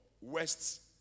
west